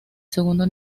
segundo